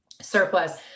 surplus